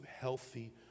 healthy